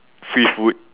free food